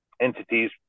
entities